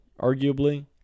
arguably